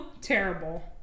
terrible